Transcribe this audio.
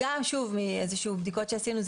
מבדיקות שעשינו,